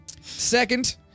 Second